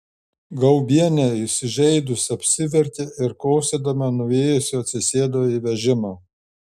gaubienė įsižeidusi apsiverkė ir kosėdama nuėjusi atsisėdo į vežimą